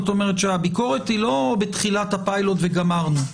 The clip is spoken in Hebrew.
הביקורת היא לא בתחילת הפילוט וגמרנו.